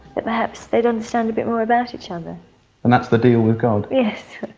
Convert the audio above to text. that perhaps they don't stand a bit more about each other and that's the deal with god. yes.